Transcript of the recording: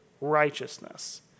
righteousness